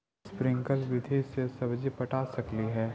Sprinkle विधि से सब्जी पटा सकली हे?